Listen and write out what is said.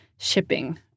shipping